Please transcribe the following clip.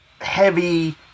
heavy